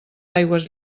aigües